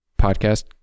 podcast